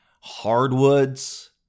hardwoods